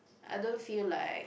I don't feel like